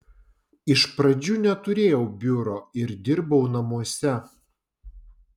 iš pradžių neturėjau biuro ir dirbau namuose